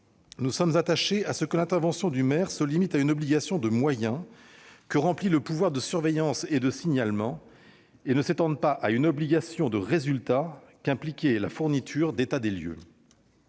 nous sommes attachés à ce que l'intervention du maire se limite à une obligation de moyens, que constitue le pouvoir de surveillance et de signalement, sans s'étendre à une obligation de résultat, qu'impliquait la fourniture d'états des lieux.